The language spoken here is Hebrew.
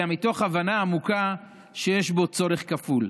אלא מתוך הבנה עמוקה שיש בו צורך כפול: